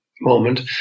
moment